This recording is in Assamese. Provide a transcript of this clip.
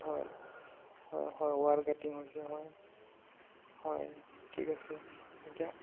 হয় হয় হয় ৱাৰ কাটিং হৈছে হয় হয় ঠিক আছে এতিয়া